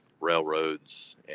railroads